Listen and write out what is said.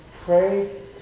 Pray